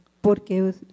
Porque